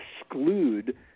exclude